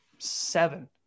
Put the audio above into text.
seven